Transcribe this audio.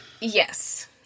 yes